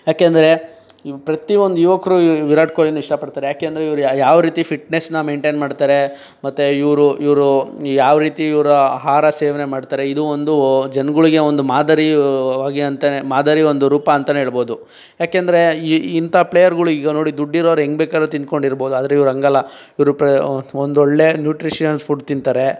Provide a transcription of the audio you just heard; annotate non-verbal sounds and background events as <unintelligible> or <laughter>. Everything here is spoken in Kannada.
ಯಾಕೆಂದರೆ ಯು ಪ್ರತಿಯೊಂದು ಯುವಕರೂ ಈ ವಿರಾಟ್ ಕೊಹ್ಲಿನ ಇಷ್ಟಪಡ್ತಾರೆ ಯಾಕೆಂದರೆ ಇವರು ಯಾ ಯಾವ ರೀತಿ ಫಿಟ್ನೆಸ್ನ ಮೈಂಟೈನ್ ಮಾಡ್ತಾರೆ ಮತ್ತೆ ಇವರು ಇವರು ಯಾವ ರೀತಿ ಇವರು ಆಹಾರ ಸೇವನೆ ಮಾಡ್ತಾರೆ ಇದು ಒಂದು ಜನಗಳಿಗೆ ಒಂದು ಮಾದರಿ <unintelligible> ಮಾದರಿ ಒಂದು ರೂಪ ಅಂತಲೇ ಹೇಳ್ಬೋದು ಯಾಕೆಂದರೆ ಈ ಇಂಥ ಪ್ಲೇಯರ್ಗಳು ಈಗ ನೋಡಿ ದುಡ್ಡು ಇರೋರು ಹೇಗೆ ಬೇಕಾದ್ರು ತಿಂದ್ಕೊಂಡು ಇರಬಹುದು ಆದರೆ ಇವರು ಹಾಗೆ ಅಲ್ಲ ಇವರು ಪ್ರ ಒಂದೊಳ್ಳೆ ನ್ಯೂಟ್ರಿಷಿಯನ್ ಫುಡ್ ತಿಂತಾರೆ